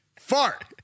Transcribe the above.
Fart